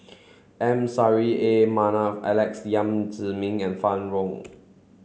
M Saffri A Manaf Alex Yam Ziming and Fann Wong